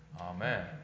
Amen